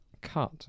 cut